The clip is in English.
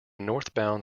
northbound